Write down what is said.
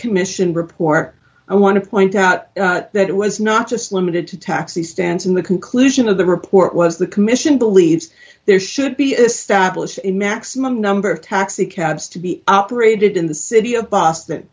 commission report i want to point out that it was not just limited to taxi stands in the conclusion of the report was the commission believes there should be established a maximum number of taxicabs to be operated in the city of boston